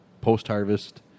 post-harvest